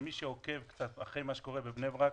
מי שעוקב קצת אחרי מה שקורה בבני ברק